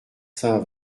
saint